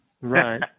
Right